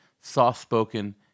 soft-spoken